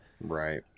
Right